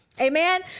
Amen